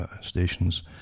stations